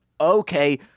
okay